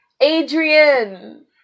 Adrian